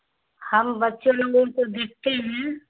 ہم بچے لوگوں کو دیکھتے ہیں